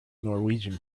norwegian